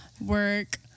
work